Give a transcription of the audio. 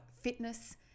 fitness